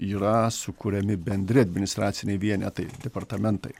yra sukuriami bendri administraciniai vienetai departamentai